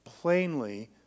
Plainly